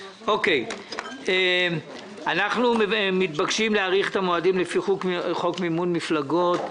אנחנו מתבקשים להאריך את המועדים לפי חוק מימון מפלגות,